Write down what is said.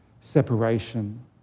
separation